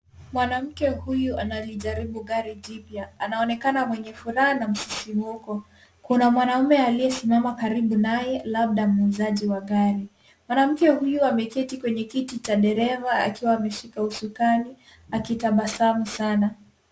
Mwanamke huyu analijaribu gari jipya. Anaonekana mwenye furaha na msisimuko. Kuna mwanaume aliyesimama karibu naye labda muuzaji wa gari. Mwanamke huyo ameketi kwenye kiti cha dereva akiwa ameshika usukani akitabasamu sana.